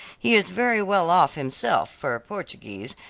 he is very well off himself, for a portuguese,